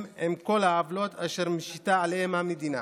עם כל העוולות אשר משיתה עליהם המדינה.